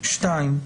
3(ב)(2).